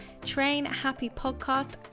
trainhappypodcast